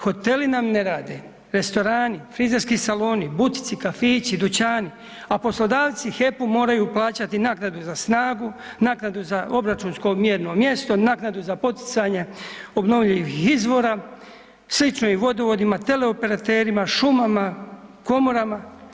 Hoteli nam ne rade, restorani, frizerski saloni, butici, kafići, dućani, a poslodavci HEP-u moraju plaćati naknadu za snagu, naknadu za obračunsko mjerno mjesto, naknadu za poticanje obnovljivih izvora, slično i vodovodima, teleoperaterima, šumama, komorama.